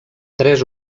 tres